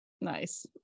Nice